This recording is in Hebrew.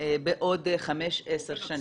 בעוד חמש ועשר שנים.